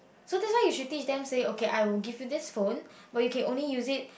so that's why you should teach them say okay I will give this phone but you can only use it